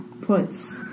puts